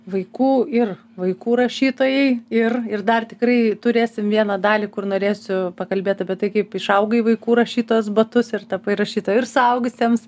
vaikų ir vaikų rašytojai ir ir dar tikrai turėsim vieną dalį kur norėsiu pakalbėt apie tai kaip išaugai vaikų rašytojos batus ir tapai rašytoja ir suaugusiems